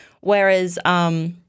whereas